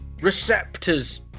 receptors